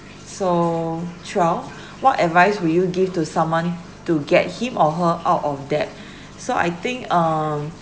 so twelve what advice will you give to someone to get him or her out of debt so I think um